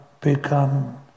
become